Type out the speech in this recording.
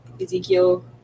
Ezekiel